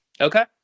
Okay